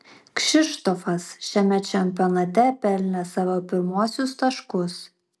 kšištofas šiame čempionate pelnė savo pirmuosius taškus